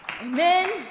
Amen